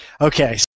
Okay